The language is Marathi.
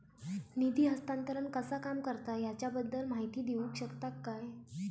निधी हस्तांतरण कसा काम करता ह्याच्या बद्दल माहिती दिउक शकतात काय?